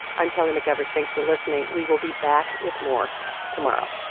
i'm kelly mcevers. thanks for listening. we will be back with more tomorrow